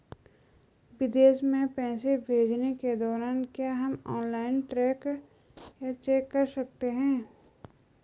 विदेश में पैसे भेजने के दौरान क्या हम ऑनलाइन ट्रैक या चेक कर सकते हैं?